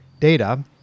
data